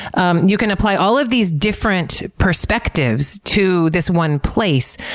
um you can apply all of these different perspectives to this one place.